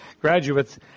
graduates